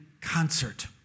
concert